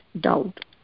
doubt